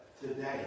today